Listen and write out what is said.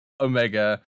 Omega